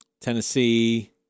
Tennessee